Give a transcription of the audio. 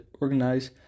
organize